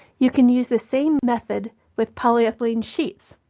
you can use the same method with polyethylene sheets.